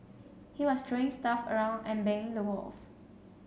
he was throwing stuff around and banging the walls